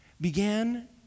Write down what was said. began